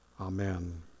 Amen